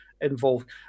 involved